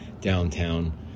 downtown